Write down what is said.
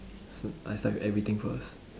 s~ I start with everything first